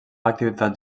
activitats